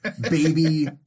baby